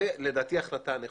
לדעתי, זו ההחלטה הנכונה.